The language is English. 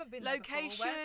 location